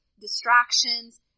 distractions